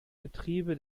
betriebe